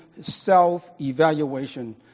self-evaluation